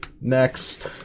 Next